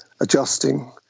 adjusting